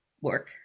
work